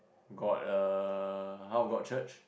got err how got church